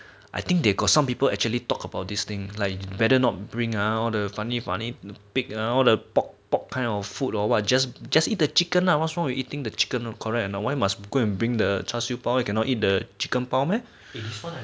I think they got some people actually talk about this thing like you better not bring ah all the funny funny pig all the pork pork kind of food or what just eat the chicken lah what's wrong with eating the chicken uh correct why must go and bring the char siew bao you cannot eat the chicken bao meh